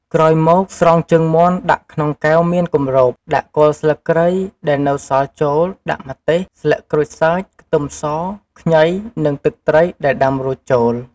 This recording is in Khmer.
ក្រោយមកស្រង់ជើងមាន់ដាក់ក្នុងកែវមានគំរប ដាក់គល់ស្លឹកគ្រៃ ដែលនៅសល់ចូល ដាក់ម្ទេស ស្លឹកក្រូចសើច ខ្ទឹមស ខ្ញី និងទឹកត្រីដែលដាំរួចចូល។